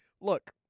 Look